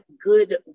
good